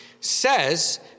says